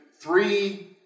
three